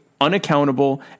unaccountable